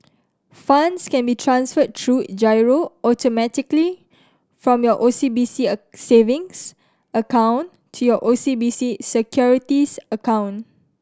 funds can be transferred through firo automatically from your O C B C a savings account to your O C B C Securities account